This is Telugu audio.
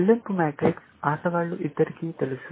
చెల్లింపు మాతృక ఆటగాళ్లు ఇద్దరికీ తెలుసు